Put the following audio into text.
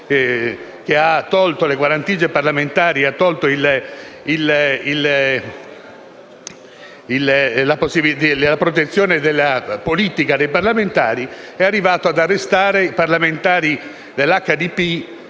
che ha tolto le guarentigie parlamentari e la protezione alla politica dei parlamentari -, è arrivato ad arrestare i parlamentari dell'HDP,